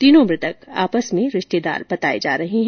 तीनों मृतक आपस में रिश्तेदार बताए जा रहे हैं